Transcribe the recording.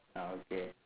uh okay